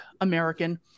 American